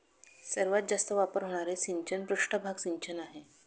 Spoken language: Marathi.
सर्वात जास्त वापर होणारे सिंचन पृष्ठभाग सिंचन आहे